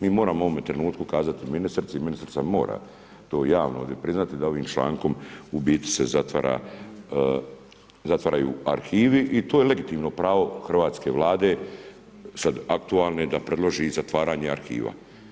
Mi moramo u ovom trenutku kazati ministrici, ministrica mora to javno priznati da ovim člankom u biti se zatvaraju arhivi i to je legitimno pravo hrvatske Vlade sad aktualne da predloži zatvaranje arhiva.